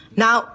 now